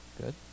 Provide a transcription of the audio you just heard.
good